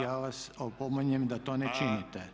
Ja vas opominjem da to ne činite.